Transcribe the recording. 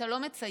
אתה לא מצייר?